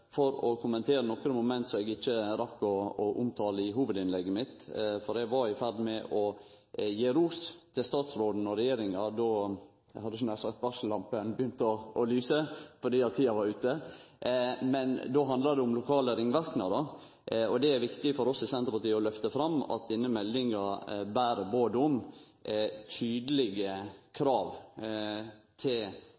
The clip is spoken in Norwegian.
i ferd med å gje ros til statsråden og regjeringa då varsellampa – hadde eg nær sagt – begynte å lyse fordi tida var ute. Det handlar om lokale ringverknader. Det er viktig for oss i Senterpartiet å lyfte fram at denne meldinga ber bod om tydelege